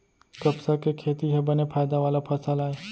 कपसा के खेती ह बने फायदा वाला फसल आय